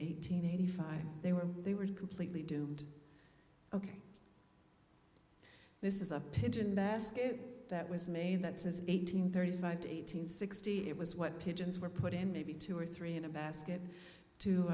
eighteen eighty five they were they were completely doomed ok this is a pigeon basket that was made that says eight hundred thirty five to eight hundred sixty it was what pigeons were put in maybe two or three in a basket to